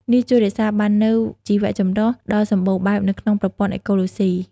នេះជួយរក្សាបាននូវ ជីវចម្រុះ ដ៏សម្បូរបែបនៅក្នុងប្រព័ន្ធអេកូឡូស៊ី។